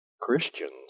Christians